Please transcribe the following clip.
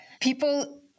people